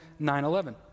9-11